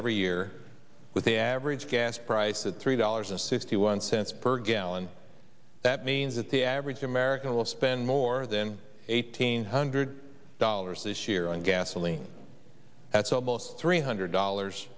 every year with the average gas price at three dollars and fifty one cents per gallon that means that the average american will spend more than eighteen hundred dollars this year on gasoline that's almost three hundred dollars